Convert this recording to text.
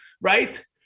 right